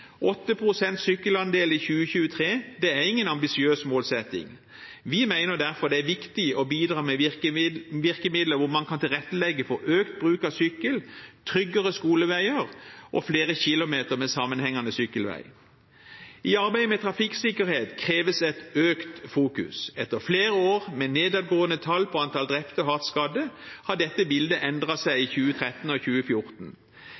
sykkelandel i 2023 er ingen ambisiøs målsetting. Vi mener derfor det er viktig å bidra med virkemidler hvor man kan tilrettelegge for økt bruk av sykkel, tryggere skoleveier og flere kilometer med sammenhengende sykkelveier. I arbeidet med trafikksikkerhet kreves et økt fokus. Etter flere år med nedadgående tall på antall drepte og hardt skadde har dette bildet endret seg i 2013 og 2014.